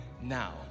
now